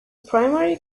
primary